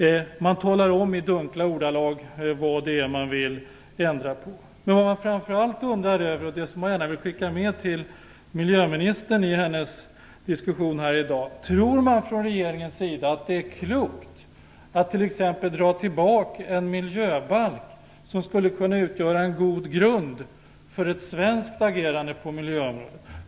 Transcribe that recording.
Man talar bara i dunkla ordalag om vad det är man vill ändra på. Vad jag framför allt undrar över - det vill jag gärna skicka med till miljöministern efter diskussionen här i dag: Tror man från regeringens sida att det är klokt att t.ex. dra tillbaka en miljöbalk som skulle kunna utgöra en god grund för ett svenskt agerande på miljöområdet?